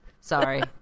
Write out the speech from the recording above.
sorry